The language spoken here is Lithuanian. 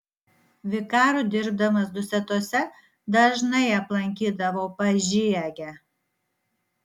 vikaru dirbdamas dusetose dažnai aplankydavau pažiegę